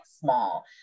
small